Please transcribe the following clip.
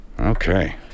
Okay